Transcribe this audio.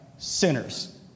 Sinners